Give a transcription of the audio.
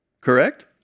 correct